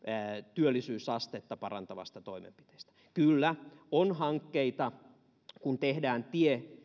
työllisyysastetta parantavasta toimenpiteestä kyllä on hankkeita tehdään tie